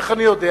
איך אני יודע?